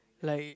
like